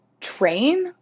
train